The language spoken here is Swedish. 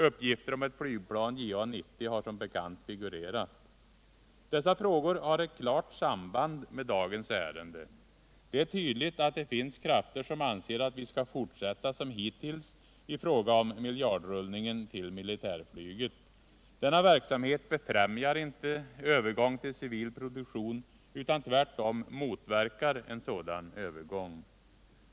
Uppgifter om ett flygplan med beteckningen JA 90 har som bekant figurerat. Dessa frågor har ett klart samband med dagens ärende. Det är tydligt att det finns krafter som anser att vi skall fortsätta som hittills i fråga om miljardrullningen till militärflyget. Denna verksamhet befrämjar inte övergång till civil produktion, utan tvärtom motverkar den en sådan övergång.